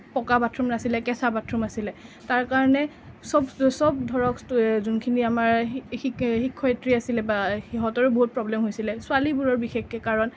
পকা বাথৰুম নাছিলে কেঁচা বাথৰুম আছিলে তাৰ কাৰণে সবতো সব ধৰক ষ্টু যোনখিনি আমাৰ শিক্ষক শিক্ষয়িত্ৰী আছিলে বা সিহঁতৰো বহুত প্ৰব্লেম হৈছিলে ছোৱালীবোৰৰ বিশেষকৈ কাৰণ